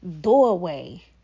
doorway